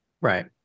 Right